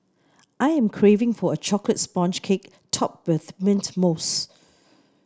I am craving for a chocolate sponge cake topped with mint mousse